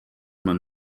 man